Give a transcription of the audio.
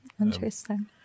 interesting